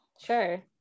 Sure